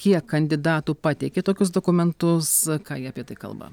kiek kandidatų pateikė tokius dokumentus ką jie apie tai kalba